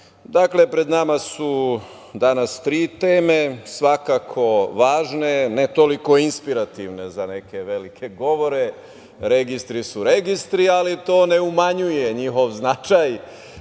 pred nama su danas tri teme, svakako važne, ne toliko inspirativne za neke velike govore, registri su registri, ali to ne umanjuje njihov značaj,